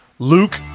Luke